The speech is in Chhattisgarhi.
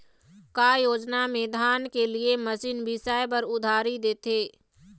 का योजना मे धान के लिए मशीन बिसाए बर उधारी देथे?